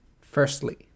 Firstly